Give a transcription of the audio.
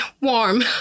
warm